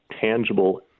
tangible